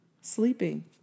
Sleeping